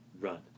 run